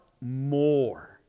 more